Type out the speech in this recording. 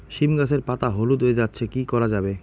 সীম গাছের পাতা হলুদ হয়ে যাচ্ছে কি করা যাবে?